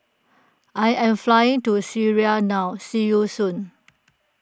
I am flying to Syria now see you soon